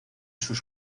sus